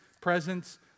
presence